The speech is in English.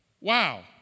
Wow